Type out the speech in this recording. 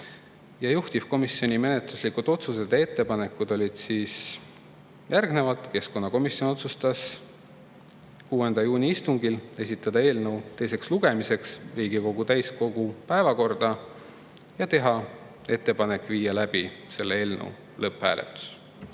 arvestada. Juhtivkomisjoni menetluslikud otsused ja ettepanekud olid järgnevad. Keskkonnakomisjon otsustas 6. juuni istungil esitada eelnõu teiseks lugemiseks Riigikogu täiskogu päevakorda ja teha ettepanek viia läbi selle eelnõu lõpphääletus.